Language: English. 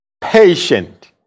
patient